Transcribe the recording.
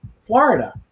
Florida